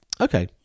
Okay